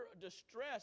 distress